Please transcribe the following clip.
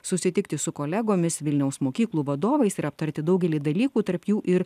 susitikti su kolegomis vilniaus mokyklų vadovais ir aptarti daugelį dalykų tarp jų ir